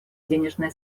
денежные